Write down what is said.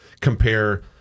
compare